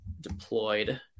deployed